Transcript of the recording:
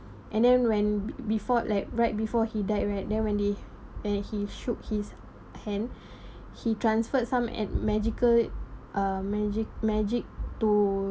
and then when be~ before like right before he died right then when they and he shook his hand he transferred some at magical it uh magic magic to